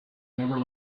never